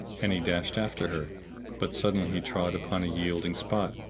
and he dashed after her but suddenly he trod upon a yielding spot,